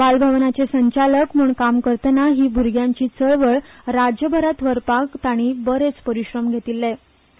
बाल भवनाचे संचालक म्हण काम करताना ही भुरग्यांची चळवळ राज्यभरात व्हरपाक ताणी बरेच परीश्रम घेतिछे